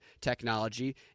technology